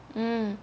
mm